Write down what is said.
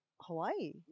Hawaii